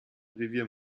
revier